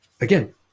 again